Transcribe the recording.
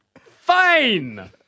Fine